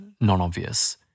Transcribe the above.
non-obvious